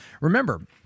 Remember